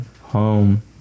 home